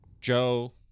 Joe